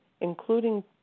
including